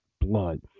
blood